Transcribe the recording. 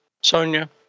Sonia